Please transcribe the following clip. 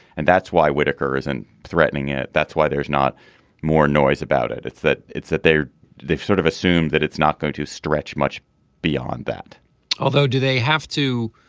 and that's why whitaker isn't threatening it. that's why there's not more noise about it it's that it's that they are they've sort of assumed that it's not going to stretch much beyond that although do they have to